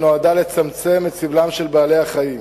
שנועדה לצמצם את סבלם של בעלי-החיים